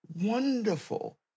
wonderful